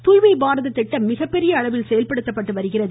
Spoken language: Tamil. துாய்மை பாரத திட்டம் மிகப்பெரிய அளவில் செயல்படுத்தப்பட்டு வருகிறது